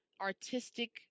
artistic